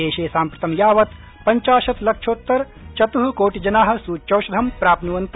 देशे साम्प्रतं यावत् पंचाशत् लक्षोत्तरचत् कोटिजना सूच्यौषधं प्राप्न्वन्त